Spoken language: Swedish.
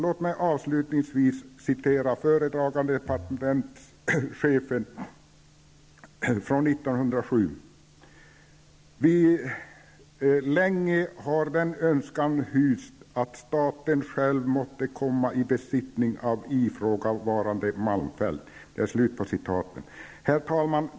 Låt mig avslutningsvis citera föredragande departementschefen från 1907: ''Länge har den önskan hysts att staten själv måtte komma i besittning av ifrågavarande malmfält.'' Herr talman!